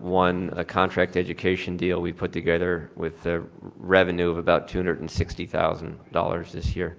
one ah contract education deal we put together with the revenue of about two hundred and sixty thousand dollars this year.